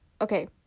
Okay